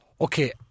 Okay